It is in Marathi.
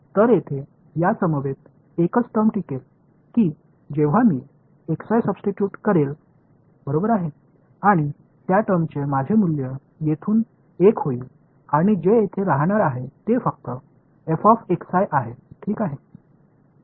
तर येथे या समवेत एकच टर्म टिकेल की जेव्हा मी सब्स्टिटूट करेल बरोबर आहे आणि त्या टर्मचे माझे मूल्य येथून 1 होईल आणि जे येथे राहणार आहे ते फक्त आहे ठीक आहे